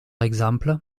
exemple